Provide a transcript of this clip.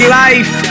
life